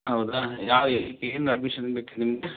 ಹೌದಾ ಯಾವ ಏನು ಅಡ್ಮಿಶನ್ ಬೇಕು ನಿಮಗೆ